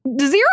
Zero